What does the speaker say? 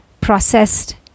processed